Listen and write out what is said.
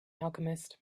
alchemist